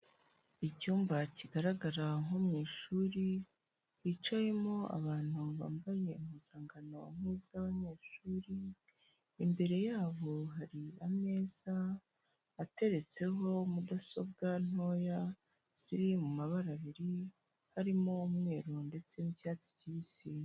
Icyumba kigaragara nko mu ishuri hicayemo abantu bambaye impuzangano nk'iz'abanyeshuri, imbere yabo hari ameza ateretseho mudasobwa ntoya ziri mu mabara abiri, harimo umweru ndetse n'ibyatsi kibisi.